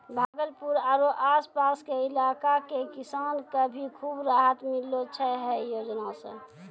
भागलपुर आरो आस पास के इलाका के किसान कॅ भी खूब राहत मिललो छै है योजना सॅ